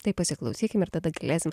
tai pasiklausykim ir tada galėsim